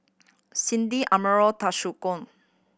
Cindy Amarion Toshiko